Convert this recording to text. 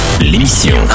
L'émission